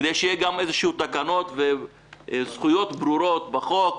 כדי שיהיו גם תקנות כלשהן וזכויות ברורות בחוק,